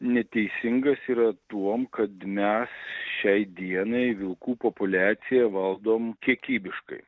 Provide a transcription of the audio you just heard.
neteisingas yra tuom kad mes šiai dienai vilkų populiaciją valdom kiekybiškai